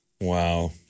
Wow